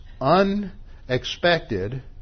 unexpected